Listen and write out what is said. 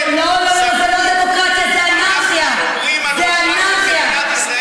אנחנו שומרים על ראשה של מדינת ישראל